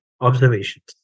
observations